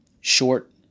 Short